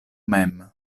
mem